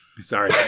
Sorry